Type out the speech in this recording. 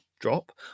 drop